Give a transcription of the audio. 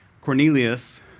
Cornelius